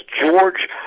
George